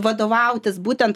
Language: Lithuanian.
vadovautis būtent